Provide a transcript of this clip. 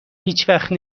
هیچوقت